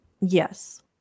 Yes